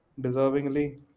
deservingly